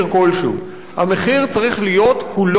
המחיר צריך להיות כולו על המדינה,